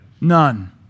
None